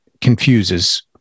confuses